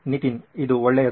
ನಿತಿನ್ ಇದು ಒಳ್ಳೆಯದು